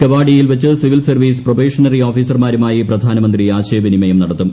കെവാഡിയയിൽ വച്ച് civil service probationary ഓഫീസർമാരുമായി പ്രധാനമന്ത്രി ആശയവിനിമയം നടത്തും